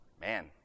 Man